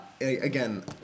again